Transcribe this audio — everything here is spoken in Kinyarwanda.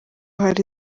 hari